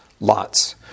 lots